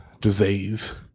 disease